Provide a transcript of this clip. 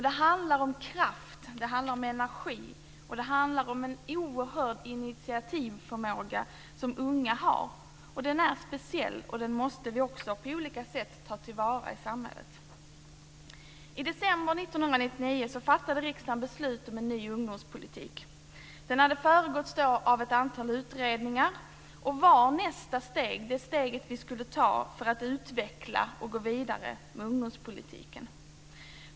Det handlar om kraft, det handlar om energi och det handlar om den oerhörda initiativförmåga som unga har. Den är speciell, och den måste vi på olika sätt ta till vara i samhället. I december 1999 fattade riksdagen beslut om en ny ungdomspolitik. Den hade föregåtts av ett antal utredningar och var nästa steg, det steg vi skulle ta för att utveckla och gå vidare med ungdomspolitiken.